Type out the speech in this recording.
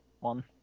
one